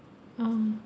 oh